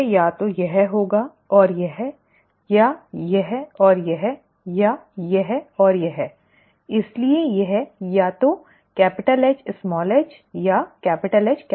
यह या तो यह होगा और यह या यह और यह या यह और यह इसलिए यह या तो Hh या HH है